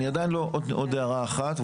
אני --- עוד הערה אחת,